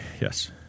Yes